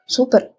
Super